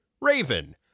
Raven